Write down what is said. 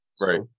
Right